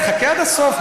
תחכה עד הסוף.